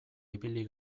ibili